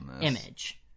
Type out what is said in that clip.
image